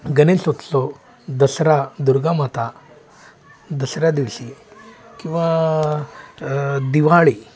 गणेशोत्सव दसरा दुर्गामाता दसऱ्यादिवशी किंवा दिवाळी